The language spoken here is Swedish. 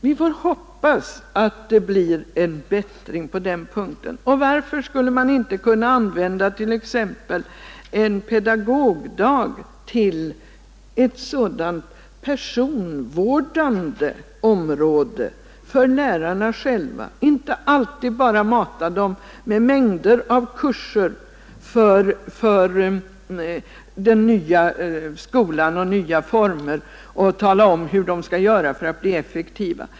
Vi får hoppas att det blir en bättring på den punkten. Varför skulle man inte kunna använda t.ex. en pedagogdag till ett sådant personlighetsvårdande ändamål för lärarna själva, inte alltid bara mata dem med mängder av kurser för den nya skolan och nya undervisningsformer och tala om hur de skall göra för att bli effektiva?